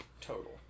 Total